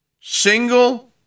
Single